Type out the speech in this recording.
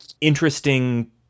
interesting